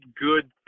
good